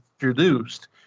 introduced